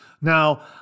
Now